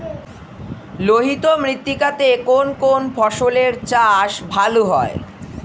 লোহিত মৃত্তিকা তে কোন কোন ফসলের চাষ ভালো হয়?